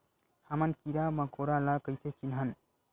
हमन कीरा मकोरा ला कइसे चिन्हन?